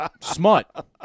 Smut